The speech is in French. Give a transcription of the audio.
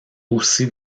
aussi